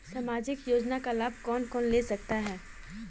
सामाजिक योजना का लाभ कौन कौन ले सकता है?